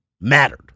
mattered